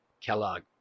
Kellogg